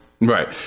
Right